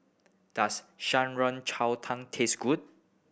does Shan Rui Cai Tang taste good